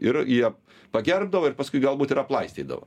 ir jie pagerbdavo ir paskui galbūt ir aplaistydavo